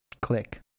Click